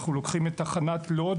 אנחנו לוקחים את תחנת לוד